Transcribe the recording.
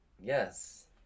Yes